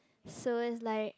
so is like